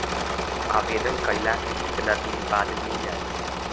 आवेदन कइला के कितना दिन बाद मिल जाई?